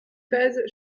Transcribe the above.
treize